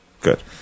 Good